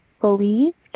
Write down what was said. believed